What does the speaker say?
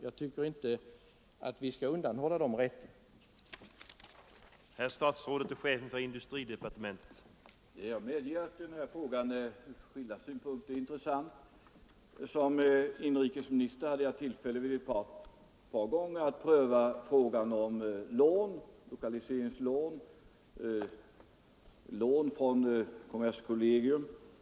Jag tycker inte att vi skall undanhålla de anställda den rätten.